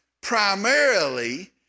primarily